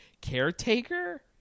caretaker